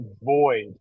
void